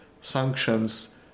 Sanctions